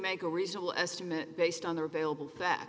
make a reasonable estimate based on the available fa